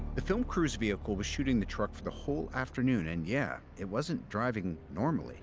the film crew's vehicle was shooting the truck for the whole afternoon, and, yeah, it wasn't driving normally